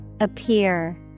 Appear